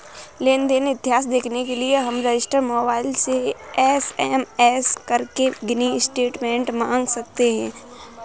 लेन देन इतिहास देखने के लिए हम रजिस्टर मोबाइल से एस.एम.एस करके मिनी स्टेटमेंट मंगा सकते है